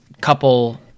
couple